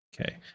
Okay